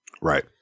right